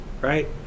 right